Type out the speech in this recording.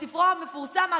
המפורסם,